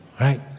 right